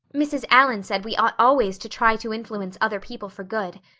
mrs. allan said we ought always to try to influence other people for good.